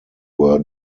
were